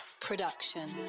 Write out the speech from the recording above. Production